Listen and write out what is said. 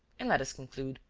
and let us conclude.